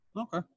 Okay